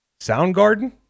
Soundgarden